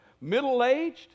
Middle-aged